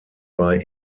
bei